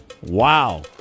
Wow